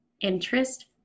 Interest